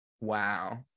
Wow